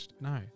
No